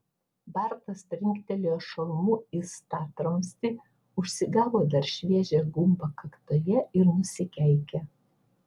bartas trinktelėjo šalmu į statramstį užsigavo dar šviežią gumbą kaktoje ir nusikeikė